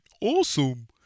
Awesome